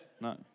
No